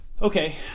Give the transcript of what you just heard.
Okay